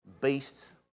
beasts